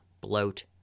bloat